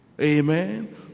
Amen